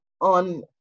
on